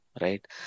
right